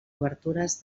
obertures